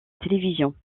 télévision